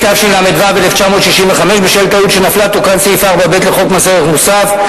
התשל"ו 1965. בשל טעות שנפלה תוקן סעיף 4(ב) לחוק מס ערך מוסף,